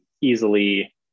easily